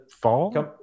fall